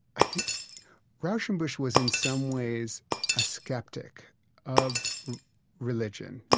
i think rauschenbusch was in some ways a skeptic of religion,